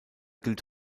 gilt